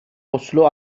اسلو